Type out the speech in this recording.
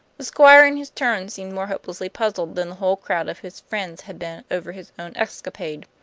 squire in his turn seemed more hopelessly puzzled than the whole crowd of his friends had been over his own escapade.